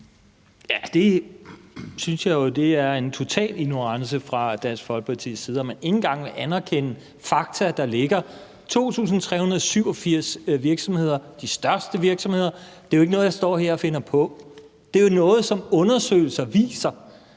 Det synes jeg jo er et udtryk for total ignorance fra Dansk Folkepartis side, altså at man ikke engang vil anerkende de fakta, der ligger. Det er 2.387 virksomheder, og det er de største virksomheder, og det er jo ikke noget, jeg står her og finder på. Det er noget, som undersøgelser viser.